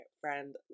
friend